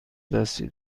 دستی